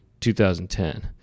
2010